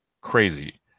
crazy